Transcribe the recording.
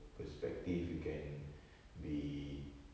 perspective you can be